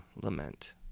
lament